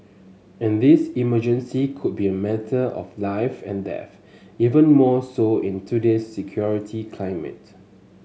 and this emergency could be a matter of life and death even more so in today's security climate